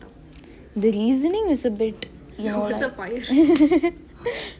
the reasoning is a bit you know like